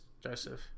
joseph